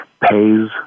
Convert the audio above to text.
pays